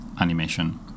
animation